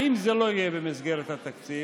ואם זה לא יהיה במסגרת התקציב,